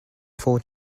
four